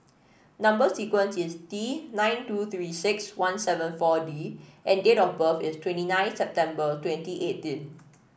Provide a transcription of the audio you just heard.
number sequence is T nine two Three six one seven four D and date of birth is twenty nine September twenty eighteen